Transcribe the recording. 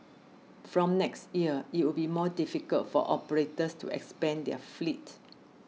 from next year it will be more difficult for operators to expand their fleet